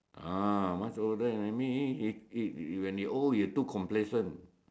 ah much older than me it it's when you old you too complacent